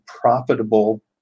profitable